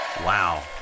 Wow